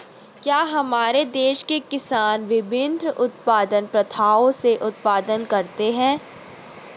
क्या हमारे देश के किसान विभिन्न उत्पादन प्रथाओ से उत्पादन करते हैं?